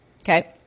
Okay